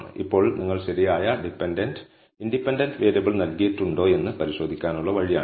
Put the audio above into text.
ഇപ്പോൾ നിങ്ങൾ ശരിയായ ഡിപെൻഡന്റ് ഇൻഡിപെൻഡന്റ് വേരിയബിൾ നൽകിയിട്ടുണ്ടോയെന്ന് പരിശോധിക്കാനുള്ള വഴിയാണിത്